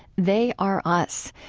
they are us,